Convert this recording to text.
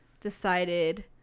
decided